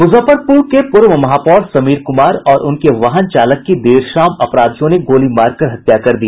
मुजफ्फरपुर के पूर्व महापौर समीर कुमार और उनके वाहन चालक की देर शाम अपराधियों ने गोली मारकर हत्या कर दी